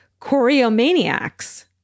choreomaniacs